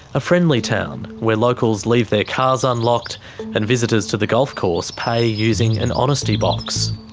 a friendly town where locals leave their cars unlocked and visitors to the golf course pay using an honesty box.